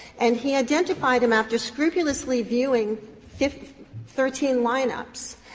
and he identified him after scrupulously viewing fifteen thirteen lineups.